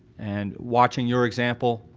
and watching your example,